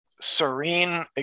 serene